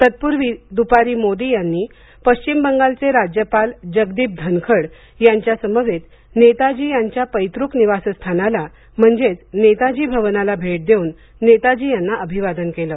तत्पूर्वी दुपारी मोदी यांनी पश्चिम बंगालचे राज्यपाल जगदीप धनखड यांच्यासमवेत नेताजी यांच्या पैतृक निवासस्थानाला म्हणजेच नेताजी भवनाला भेट देवून नेताजी यांना अभिवादन केलं